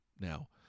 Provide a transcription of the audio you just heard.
now